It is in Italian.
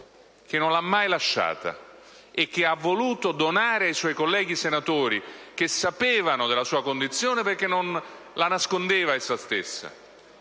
che non ha l'ha mai lasciata e che ha voluto donare ai suoi colleghi senatori che sapevamo della sua condizione, perché non la nascondeva, e che